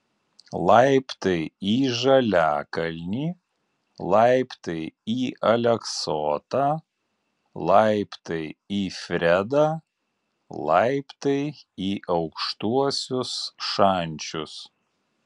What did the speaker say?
laiptai į žaliakalnį laiptai į aleksotą laiptai į fredą laiptai į aukštuosius šančius